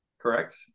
Correct